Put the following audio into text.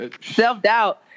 Self-doubt